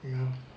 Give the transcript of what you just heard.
you know